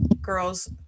girls